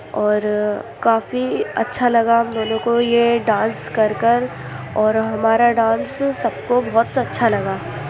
اور کافی اچھا لگا ہم دونوں کو یہ ڈانس کر کر اور ہمارا ڈانس سب کو بہت اچھا لگا